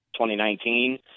2019